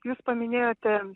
jūs paminėjote